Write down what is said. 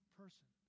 person